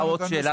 עוד שאלה,